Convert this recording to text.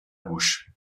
bouche